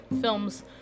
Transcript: films